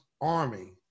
army